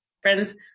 friend's